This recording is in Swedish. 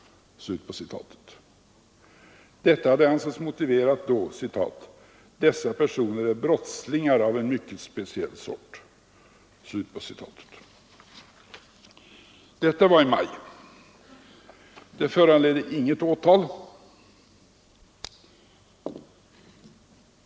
Det hade ansetts motiverat då ”dessa personer är brottslingar av en mycket speciell sort”. Detta skrevs i maj, och det föranledde inget åtal.